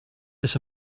it’s